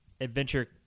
adventure